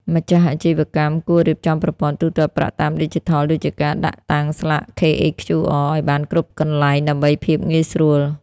ម្ចាស់អាជីវកម្មគួររៀបចំប្រព័ន្ធ ទូទាត់ប្រាក់តាមឌីជីថល ដូចជាការដាក់តាំងស្លាក KHQR ឱ្យបានគ្រប់កន្លែង ដើម្បីភាពងាយស្រួល។